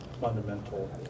fundamental